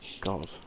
God